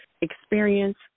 experience